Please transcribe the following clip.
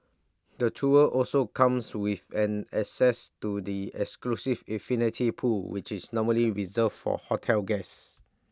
the tour also comes with an access to the exclusive infinity pool which is normally reserved for hotel guests